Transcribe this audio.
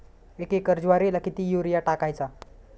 एक एकर ज्वारीला किती युरिया टाकायचा?